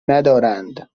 ندارند